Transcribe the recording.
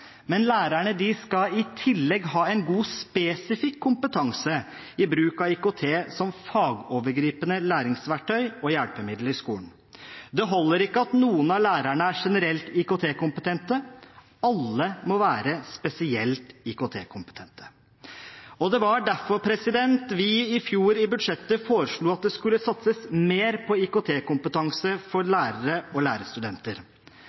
men lærerne skal i tillegg ha en god spesifikk kompetanse i bruk av IKT som fagovergripende læringsverktøy og hjelpemiddel i skolen. Det holder ikke at noen av lærerne er generelt IKT-kompetente – alle må være spesielt IKT-kompetente. Det var derfor vi i budsjettet i fjor foreslo at det skulle satses mer på IKT-kompetanse for lærere og